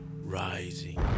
rising